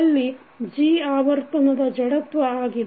ಅಲ್ಲಿ g ಆವರ್ತನದ ಜಡತ್ವ ಆಗಿದೆ